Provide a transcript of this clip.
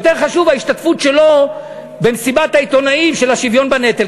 יותר חשובה ההשתתפות שלו במסיבת העיתונאים של השוויון בנטל.